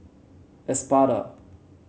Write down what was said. Espada